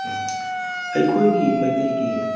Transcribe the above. ꯑꯩꯈꯣꯏꯒꯤ ꯃꯩꯇꯩꯒꯤ